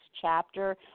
chapter